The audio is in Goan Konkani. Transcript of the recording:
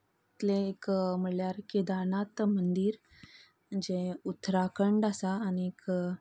तांतूतली एक म्हळ्यार केदारनाथ मंदीर जे उत्तराखंड आसा आनीक